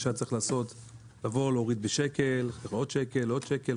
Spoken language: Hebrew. שהיה צריך לעשות זה להוריד בשקל ועוד שקל ועוד שקל,